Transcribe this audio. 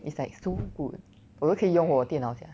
it's like so good 我就可以用我电脑 sia